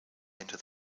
enter